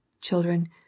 children